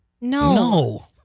No